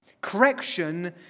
Correction